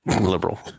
liberal